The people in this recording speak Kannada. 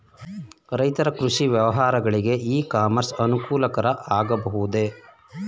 ರೈತರ ಕೃಷಿ ವ್ಯವಹಾರಗಳಿಗೆ ಇ ಕಾಮರ್ಸ್ ಅನುಕೂಲಕರ ಆಗಬಹುದೇ?